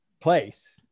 place